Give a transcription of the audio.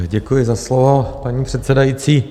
Děkuji za slovo, paní předsedající.